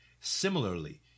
similarly